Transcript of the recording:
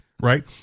Right